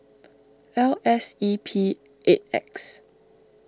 L S E P eight X